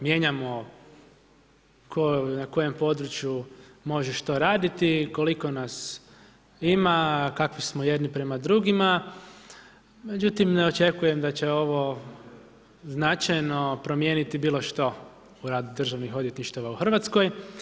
Mijenjamo na kojem području možeš to raditi i koliko nas ima, kakvi smo jedni prema drugima, međutim ne očekujem da će ovo značajno promijeniti bilo što u radu državnih odvjetništava u RH.